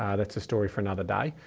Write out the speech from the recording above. ah that's a story for another day,